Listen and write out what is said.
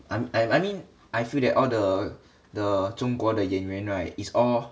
and I I mean I feel that all the the 中国的演员 right is all